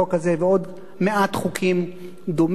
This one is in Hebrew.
אחרי שהיא חוקקה את החוק הזה ועוד מעט חוקים דומים,